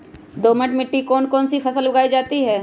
दोमट मिट्टी कौन कौन सी फसलें उगाई जाती है?